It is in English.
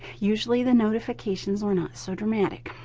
usually the notifications were not so dramatic.